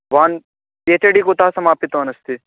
भवान् P H D कुतः समाप्तवान् अस्ति